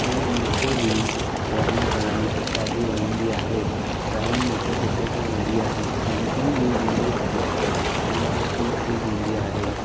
ऐं मूंखे बि ड्राइंग करणु ॾाढी वणंदी आहे ड्राइंग मूंखे सुठे सां ईंदी आहे पेंटिंग बि ईंदी आहे उहा ठीकु ठीकु ईंदी आहे